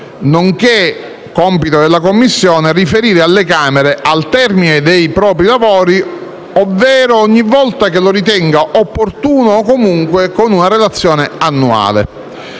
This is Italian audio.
nonché riferire alle Camere al termine dei propri lavori, ovvero ogni volta che lo ritenga opportuno o comunque con una relazione annuale.